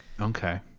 Okay